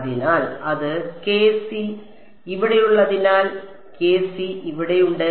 അതിനാൽ അത് ഇവിടെയുള്ളതിനാൽ ഇവിടെയുണ്ട്